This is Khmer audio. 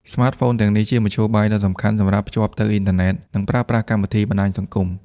ស្មាតហ្វូនទាំងនេះជាមធ្យោបាយដ៏សំខាន់សម្រាប់ភ្ជាប់ទៅអ៊ីនធឺណិត និងប្រើប្រាស់កម្មវិធីបណ្តាញសង្គម។